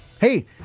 hey